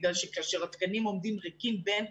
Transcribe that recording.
בגלל שכאשר התקנים עומדים ריקים ממילא,